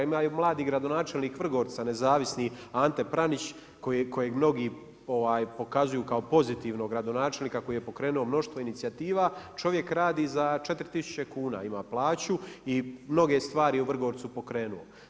A ima i mladi gradonačelnik Vrgorca, nezavisni Ante Pramiš koji mnogi pokazuju kao pozitivnog gradonačelnika koji je pokrenuo mnoštvo inicijativa, čovjek radi za 4000 kn ima plaću i mnoge stvari u Vrgorcu je pokrenuo.